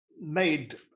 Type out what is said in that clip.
made